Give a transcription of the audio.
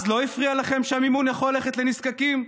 אז לא הפריע לכם שהמימון יכול ללכת לנזקקים?